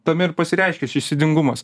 tame ir pasireiškia šis įdingumas